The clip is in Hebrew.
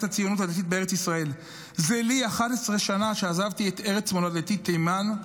הציונות הדתית בארץ ישראל: "זה לי 11 שנה שעזבתי את ארץ מולדתי תימן,